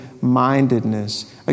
mindedness